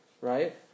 right